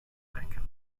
duncan